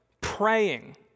praying